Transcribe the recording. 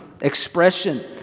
expression